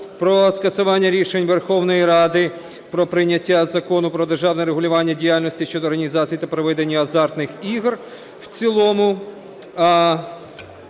про скасування рішень Верховної Ради про прийняття Закону України "Про державне регулювання діяльності щодо організації та проведення азартних ігор" в цілому.